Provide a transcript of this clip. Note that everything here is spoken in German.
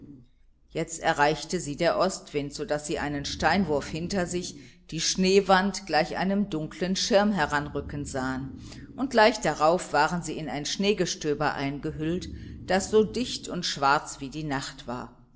jetzt erreichte sie der ostwind so daß sie einen steinwurf hinter sich die schneewand gleich einem dunklen schirm heranrücken sahen und gleich darauf waren sie in ein schneegestöber eingehüllt das so dicht und schwarz wie die nacht war